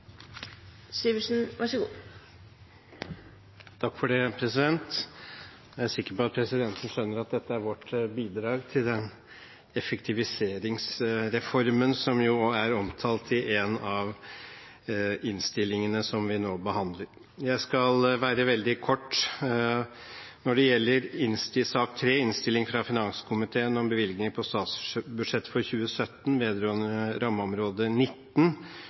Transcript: vårt bidrag til den effektiviseringsreformen som er omtalt i en av innstillingene som vi nå behandler. Jeg skal være veldig kort. Når det gjelder sak nr. 3, innstilling fra finanskomiteen om bevilgninger på statsbudsjettet for 2017 vedrørende rammeområder 19,